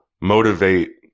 motivate